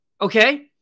Okay